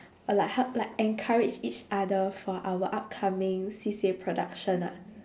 uh like how like encourage each other for our upcoming C_C_A production ah